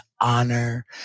honor